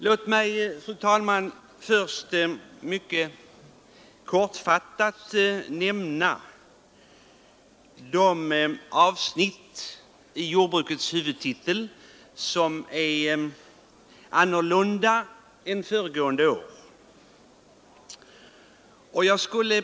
Låt mig, fru talman, först mycket kortfattat nämna de avsnitt av jordbrukets huvudtitel som skiljer sig från föregående års.